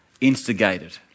instigated